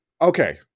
okay